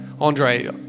Andre